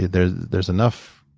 there's there's enough